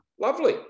lovely